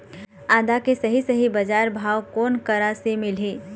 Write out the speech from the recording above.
आदा के सही सही बजार भाव कोन करा से मिलही?